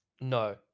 No